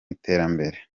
iterambere